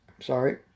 Sorry